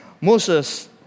Moses